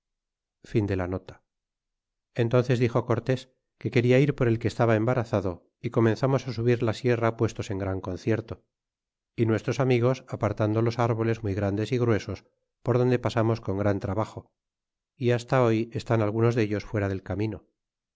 entnces dixo cortés que quería ir por el que estaba embarazado é comenzamos á subir la sierra puestos en gran concierto y nuestros amigos apartando los árboles muy grandes y gruesos por donde pasamos con gran trabajo y hasta hoy esta algunos dellos fuera del camino